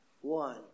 one